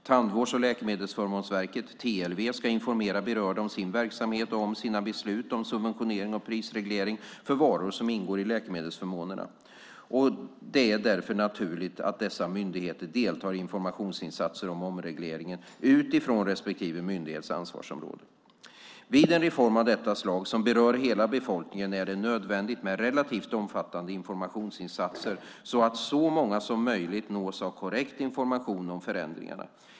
Tandvårds och läkemedelsförmånsverket, TLV, ska informera berörda om sin verksamhet och om sina beslut om subventionering och prisreglering för varor som ingår i läkemedelsförmånerna. Det är därför naturligt att dessa myndigheter deltar i informationsinsatser om omregleringen utifrån respektive myndighets ansvarsområde. Vid en reform av detta slag, som berör hela befolkningen, är det nödvändigt med relativt omfattande informationsinsatser, så att så många som möjligt nås av korrekt information om förändringarna.